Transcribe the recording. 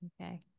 Okay